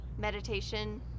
Meditation